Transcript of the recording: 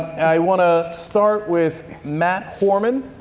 i want to start with matt foreman,